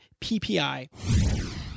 PPI